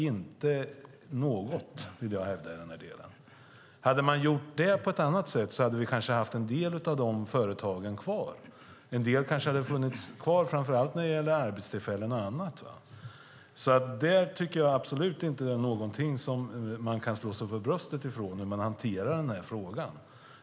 Inget, vill jag hävda. Hade man gjort det på ett annat sätt hade vi kanske haft kvar en del av de företagen. Det gäller arbetstillfällen och annat. Jag tycker absolut inte att man kan slå sig för bröstet för hur man hanterar frågan.